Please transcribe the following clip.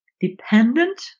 dependent